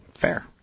Fair